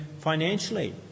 financially